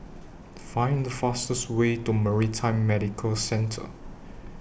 Find The fastest Way to Maritime Medical Centre